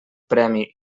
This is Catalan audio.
premi